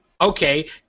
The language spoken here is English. okay